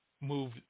move